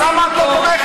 אבל למה את לא תומכת?